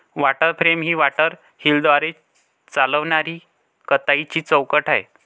water frame ही water व्हीलद्वारे चालविणारी कताईची चौकट आहे